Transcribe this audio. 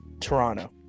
Toronto